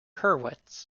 hurwitz